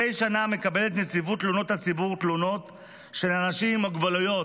מדי שנה מקבלת נציבות תלונות הציבור תלונות של אנשים עם מוגבלויות,